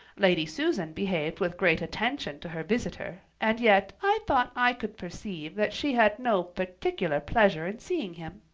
lady susan behaved with great attention to her visitor and yet i thought i could perceive that she had no particular pleasure in seeing him.